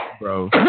bro